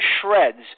shreds